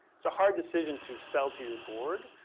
it's a hard decision to sell to your board,